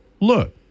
look